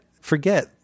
forget